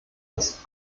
das